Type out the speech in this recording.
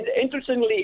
interestingly